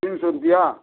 तीन सौ रुपया